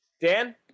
Dan